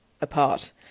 apart